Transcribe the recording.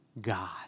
God